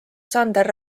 sander